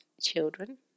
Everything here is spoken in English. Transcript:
children